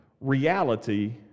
reality